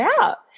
out